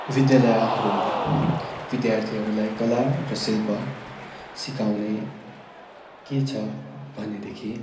विद्यालयहरूमा विद्यार्थीहरूलाई कला र शिल्प सिकाउने के छ भनेदेखि